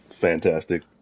Fantastic